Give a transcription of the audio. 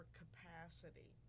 capacity